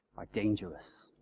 are dangerous.